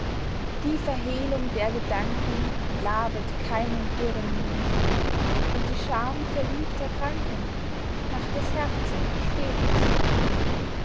die verhehlung der gedanken labet keinen dürren mund und die scham verliebter kranken macht das herze